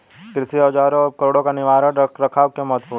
कृषि औजारों और उपकरणों का निवारक रख रखाव क्यों महत्वपूर्ण है?